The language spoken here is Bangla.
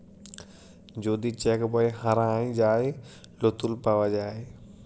যদি চ্যাক বই হারাঁয় যায়, লতুল পাউয়া যায়